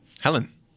Helen